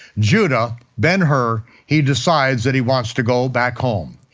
judah ben-hur, he decides that he wants to go back home.